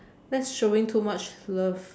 that's showing too much love